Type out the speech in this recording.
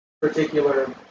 Particular